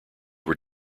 were